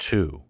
Two